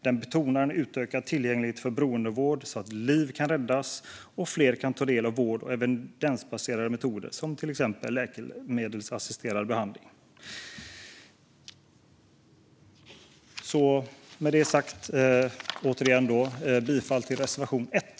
Den betonar utökad tillgänglighet till beroendevård, så att liv kan räddas och fler kan ta del av vård och evidensbaserade metoder, till exempel läkemedelsassisterad behandling. Med det sagt yrkar jag återigen bifall till reservation 1.